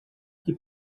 que